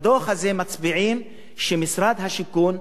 בדוח הזה מצביעים שמשרד השיכון,